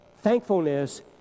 thankfulness